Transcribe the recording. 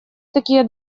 такие